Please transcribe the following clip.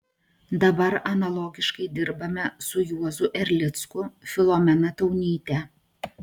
dabar analogiškai dirbame su juozu erlicku filomena taunyte